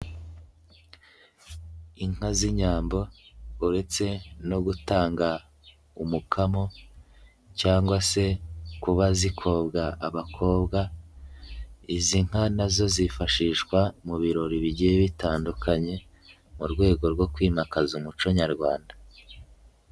Inka z'inyambo uretse no gutanga umukamo cyangwa se kuba zikobwa abakobwa, izi nka nazo zifashishwa mu birori bigiye bitandukanye mu rwego rwo kwimakaza umuco Nyarwanda.